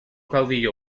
caudillo